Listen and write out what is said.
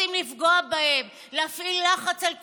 רוצים לפגוע בהן, להפעיל לחץ על כולם.